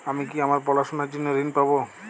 আমি কি আমার পড়াশোনার জন্য ঋণ পাব?